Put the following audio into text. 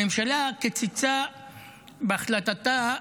הממשלה קיצצה בהחלטתה,